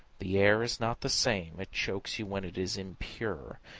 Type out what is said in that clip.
the air is not the same it chokes you when it is impure,